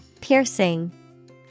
Piercing